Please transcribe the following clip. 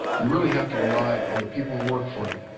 you really have to rely on the people who work for you,